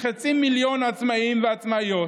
כחצי מיליון עצמאים ועצמאיות,